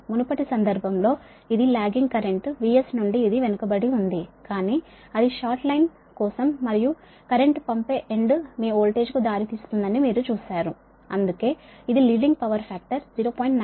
మునుపటి సందర్భంలో ఇది లాగ్గింగ్ కరెంట్ VS నుండి ఇది వెనుకబడి ఉంది కానీ అది షార్ట్ లైన్ కోసం మరియు కరెంటు పంపే ఎండ్ మీ వోల్టేజ్ కు దారితీస్తుందని మీరు చూశారు అందుకే ఇది లీడింగ్ పవర్ ఫాక్టర్ 0